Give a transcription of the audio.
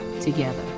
together